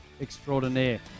extraordinaire